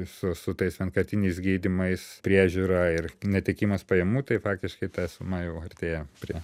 su su tais vienkartiniais gydymais priežiūra ir netekimas pajamų tai faktiškai ta suma jau artėja prie